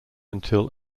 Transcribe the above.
until